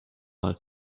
mal